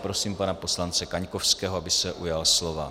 Prosím pana poslance Kaňkovského, aby se ujal slova.